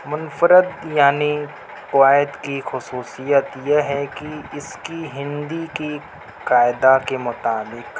منفرد یعنی قوائد کی خصوصیت یہ ہے کی اس کی ہندی کی قائدہ کے مطابق